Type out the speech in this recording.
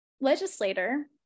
legislator